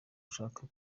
ushaka